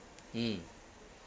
mm